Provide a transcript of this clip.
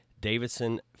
Davidson